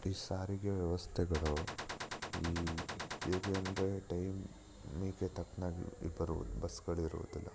ಈ ಸಾರಿಗೆ ವ್ಯವಸ್ಥೆಗಳು ಈ ಹೇಗೆ ಅಂದರೆ ಟೈಮಿಗೆ ತಕ್ಕನಾಗಿ ಈ ಬರುವುದು ಬಸ್ಗಳು ಇರುವುದಿಲ್ಲ